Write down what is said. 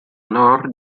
honor